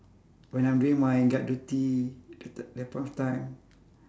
when I'm doing my guard duty at that that point of time